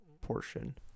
portion